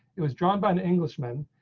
it was drawn by an englishman,